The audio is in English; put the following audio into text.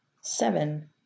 Seven